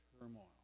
turmoil